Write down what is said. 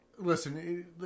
Listen